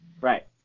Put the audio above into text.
Right